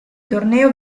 torneo